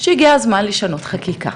שהגיע הזמן לשנות חקיקה,